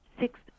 six